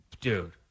Dude